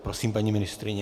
Prosím, paní ministryně.